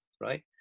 right